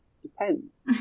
depends